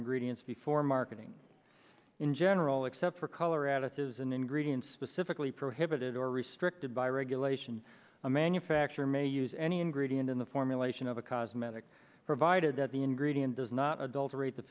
ingredients before marketing in general except for color additives and ingredients specifically prohibited or restricted by regulation a manufacturer may use any ingredient in the formulation of a cosmetic provided that the ingredient does not adulterate the